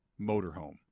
motorhome